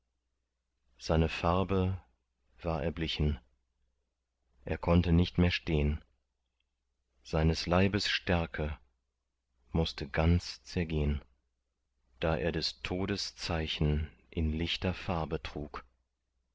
seine farbe war erblichen er konnte nicht mehr stehn seines leibes stärke mußte ganz zergehn da er des todes zeichen in lichter farbe trug